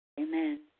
Amen